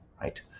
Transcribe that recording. Right